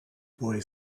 boy